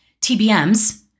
TBMs